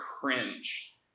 cringe